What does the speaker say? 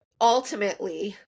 Ultimately